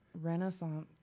Renaissance